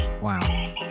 Wow